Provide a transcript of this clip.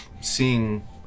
seeing